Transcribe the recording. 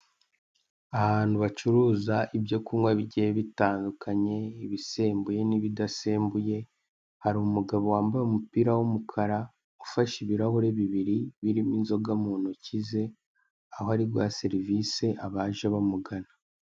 Ahantu bacuruza ibyo kunywa bitandukanye, ibisembuye n'ibidasembuye hari umugabo, wambaye umupira w'umukara afashe ibirahure bibiri, birimo inzoga mu ntoki ze aho ari guha serivise abaje bamugana.